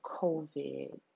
COVID